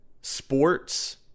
sports